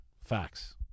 Facts